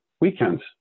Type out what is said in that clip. weekends